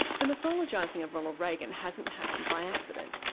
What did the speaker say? the mythologising of ronald reagan hasn't happened by accident.